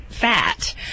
Fat